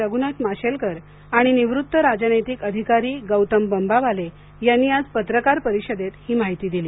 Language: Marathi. रघुनाथ माशेलकर आणि निवृत्त राजनैतिक अधिकारी गौतम बंबावाले यांनी आज पत्रकार परिषदेत ही माहिती दिली